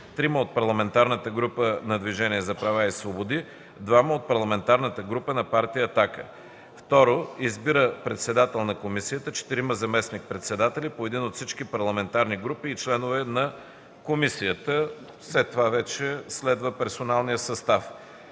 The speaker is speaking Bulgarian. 3 от Парламентарната група на Движението за права и свободи, 2 от Парламентарната група на Партия „Атака”. 2. Избира председател на комисията, четирима заместник-председатели – по един от всички парламентарни групи, и членове на комисията.” Следва персоналният състав.